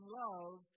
love